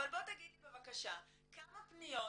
אבל בוא תגיד לי בבקשה כמה פניות